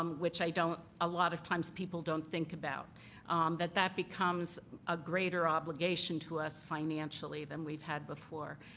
um which i don't a lot of times people don't think about that that becomes a greater obligation to us financially than we've had before.